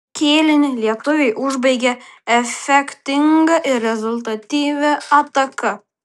kėlinį lietuviai užbaigė efektinga ir rezultatyvia ataka